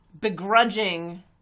begrudging